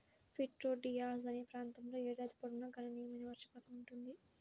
Prieto Diaz అనే ప్రాంతంలో ఏడాది పొడవునా గణనీయమైన వర్షపాతం ఉంటుంది